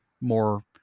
more